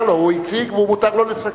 מותר לו, הוא הציג ומותר לו לסכם.